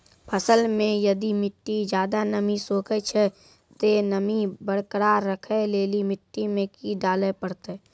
फसल मे यदि मिट्टी ज्यादा नमी सोखे छै ते नमी बरकरार रखे लेली मिट्टी मे की डाले परतै?